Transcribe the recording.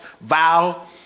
vow